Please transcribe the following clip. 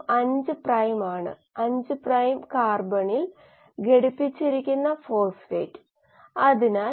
പോയിന്റുകൾ പരീക്ഷണാത്മക പോയിന്റുകളാണ് കൂടാതെ കൾച്ചർ ഫ്ലൂറസെൻസാണ് നൽകുന്നത്